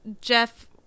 Jeff